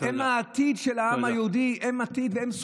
הם העתיד של העם היהודי,